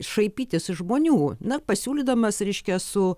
šaipytis iš žmonių na pasiūlydamas ryškia su